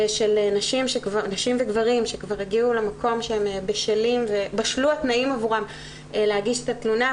של נשים וגברים שכבר הגיעו למקום שבשלו התנאים עבורם להגיש את התלונה,